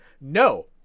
No